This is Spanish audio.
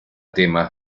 temas